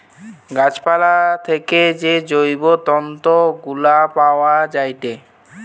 গাছ পালা থেকে যে জৈব তন্তু গুলা পায়া যায়েটে